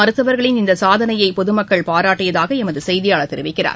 மருத்துவர்களின் இந்த சாதனையை பொதுமக்கள் பாராட்டியதாக எமது செய்தியாளர் தெரிவிக்கிறார்